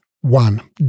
One